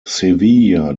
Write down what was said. sevilla